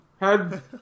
head